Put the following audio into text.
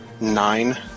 nine